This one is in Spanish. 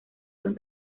los